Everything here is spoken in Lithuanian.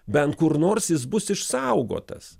bent kur nors jis bus išsaugotas